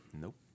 Nope